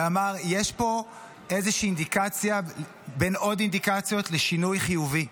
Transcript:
ואמר: יש פה איזושהי אינדיקציה בין עוד אינדיקציות לשינוי חיובי.